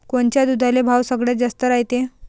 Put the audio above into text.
कोनच्या दुधाले भाव सगळ्यात जास्त रायते?